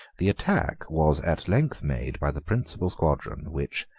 the attack was at length made by the principal squadron, which,